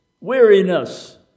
weariness